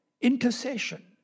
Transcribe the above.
intercession